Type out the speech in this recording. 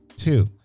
Two